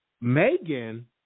Megan